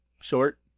short